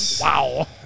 Wow